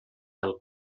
del